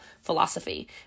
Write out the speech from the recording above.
philosophy